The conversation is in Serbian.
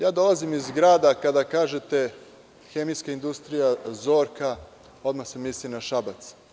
Ja dolazim iz grada, kada kažete, hemijska industrija „Zorka“, odmah se misli na Šabac.